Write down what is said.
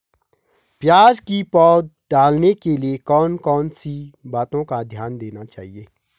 प्याज़ की पौध डालने के लिए कौन कौन सी बातों का ध्यान देना चाहिए?